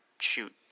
shoot